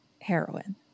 heroin